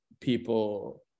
people